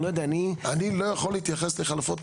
פרופסור, אני לא יכול להתייחס לחלופות,